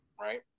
right